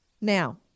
Now